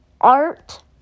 art